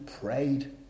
prayed